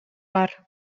бар